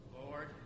Lord